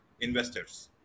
investors